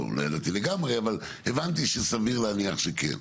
לא ידעתי לגמרי, אבל הבנתי שסביר להניח שכן.